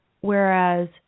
whereas